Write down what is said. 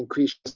increased